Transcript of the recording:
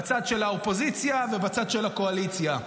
בצד של האופוזיציה ובצד של הקואליציה.